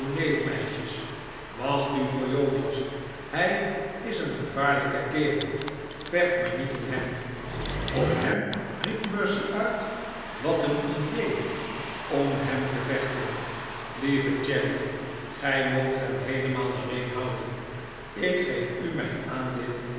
wacht u voor jonas hij is een gevaarlijke kerel vecht maar niet om hem om hem riep mercy uit wat een idee om hem te vechten lieve charity gij moogt hem heelemaal alleen houden ik geef u mijn aandeel